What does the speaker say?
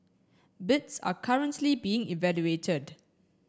bids are currently being evaluated